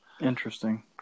Interesting